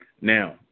Now